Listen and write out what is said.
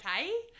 okay